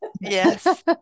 Yes